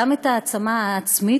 גם את ההעצמה העצמית,